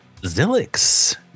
Zilix